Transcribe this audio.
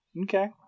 Okay